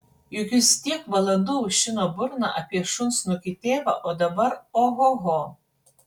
juk jis tiek valandų aušino burną apie šunsnukį tėvą o dabar ohoho